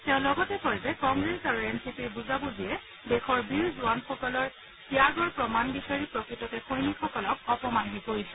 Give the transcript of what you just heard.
তেওঁ লগতে কয় যে কংগ্ৰেছ আৰু এন চি পিৰ বুজাবুজিয়ে দেশৰ বীৰ জোৱানসকলৰ ত্যাগৰ প্ৰমাণ বিচাৰি প্ৰকৃততে সৈনিকসকলক অপমান কৰিছে